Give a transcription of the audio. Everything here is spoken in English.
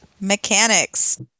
mechanics